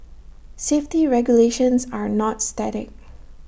safety regulations are not static